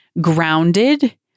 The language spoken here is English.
grounded